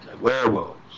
werewolves